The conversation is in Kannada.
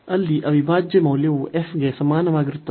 ಅಲ್ಲಿ ಅವಿಭಾಜ್ಯ ಮೌಲ್ಯವು f ಗೆ ಸಮಾನವಾಗಿರುತ್ತದೆ